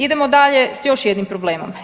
Idemo dalje s još jednim problemom.